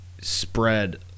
spread